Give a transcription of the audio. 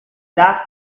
last